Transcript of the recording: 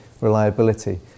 reliability